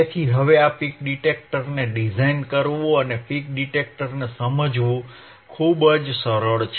તેથી હવે આ પીક ડિટેક્ટરને ડિઝાઇન કરવું અને પીક ડિટેક્ટરને સમજવું ખૂબ જ સરળ છે